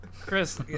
Chris